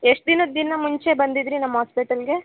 ಎಷ್ಟು ದಿನದ ದಿನ ಮುಂಚೆ ಬಂದಿದ್ದಿರಿ ನಮ್ಮ ಹಾಸ್ಪೆಟಲ್ಗೆ